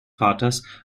vaters